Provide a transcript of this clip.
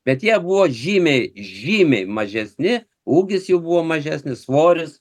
bet jie buvo žymiai žymiai mažesni ūgis jų buvo mažesnis svoris